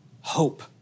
Hope